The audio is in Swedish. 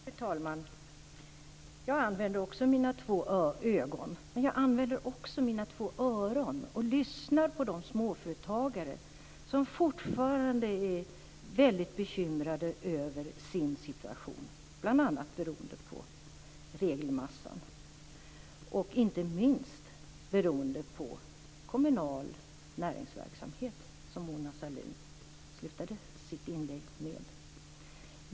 Fru talman! Jag använder mina två ögon, men jag använder också mina två öron och lyssnar på de småföretagare som fortfarande är väldigt bekymrade över sin situation, bl.a. beroende på regelmassan och inte minst kommunal näringsverksamhet, som Mona Sahlin slutade sitt inlägg med att nämna.